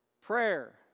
Prayer